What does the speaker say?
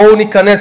בואו ניכנס,